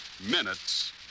minutes